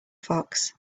fox